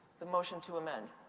the motion to amend?